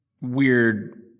weird